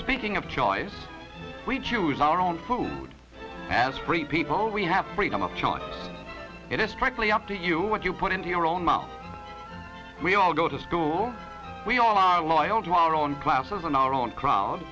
speaking of choice we choose our own food as free people we have freedom of choice it is strictly up to you what you put into your own mouth we all go to school we all are loyal to our own classes on our own crowd